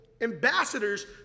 ambassadors